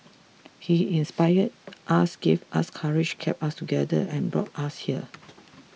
he inspired us gave us courage kept us together and brought us here